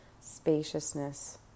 spaciousness